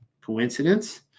coincidence